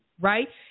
Right